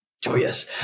joyous